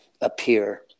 appear